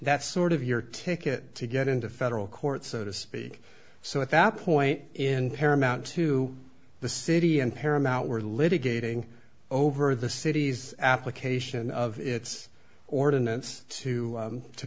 that's sort of your ticket to get into federal court so to speak so at that point in paramount to the city and paramount were litigating over the city's application of its ordinance to